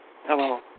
Hello